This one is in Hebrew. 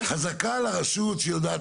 אני חושב שבכל מקרה במקרה של ותמ"ל שכולם יודעים